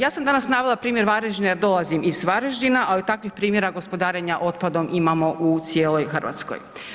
Ja sam danas navela primjer Varaždina jer dolazim iz Varaždina, ali takvih primjera gospodarenja otpadom imamo u cijeloj Hrvatskoj.